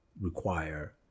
require